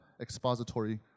expository